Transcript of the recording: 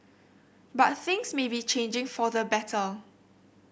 but things may be changing for the better